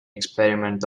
experiment